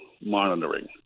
monitoring